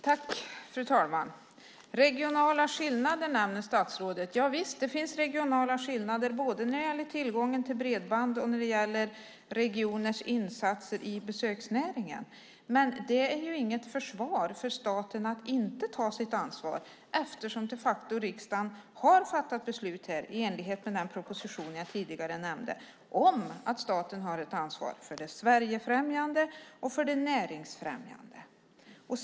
Fru talman! Statsrådet nämner regionala skillnader. Javisst, det finns regionala skillnader, både när det gäller tillgången till bredband och när det gäller regioners insatser i besöksnäringen. Men det är inget försvar för staten att inte ta sitt ansvar, eftersom riksdagen de facto har fattat beslut i enlighet med den proposition jag tidigare nämnde om att staten har ansvar för det Sverigefrämjande och för det näringsfrämjande.